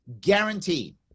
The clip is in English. Guaranteed